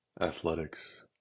athletics